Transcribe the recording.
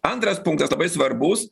antras punktas labai svarbus